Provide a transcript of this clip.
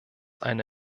eine